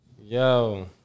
Yo